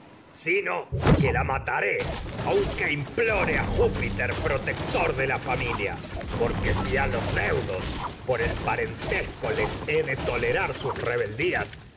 sino que la mata ré aunque implore a júpiter protector de la familia porque rar si a los deudos por el parentesco les he de rebeldías